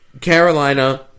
Carolina